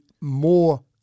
more